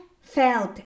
felt